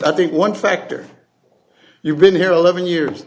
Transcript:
i think one factor you've been here eleven years